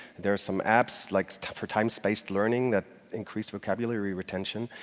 there are some apps, like stuff for time-spaced learning, that increase vocabulary retention.